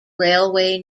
railway